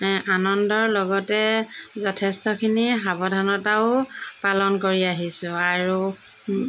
আনন্দৰ লগতে যথেষ্টখিনিয়ে সাৱধানতাও পালন কৰি আহিছোঁ আৰু